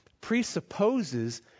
presupposes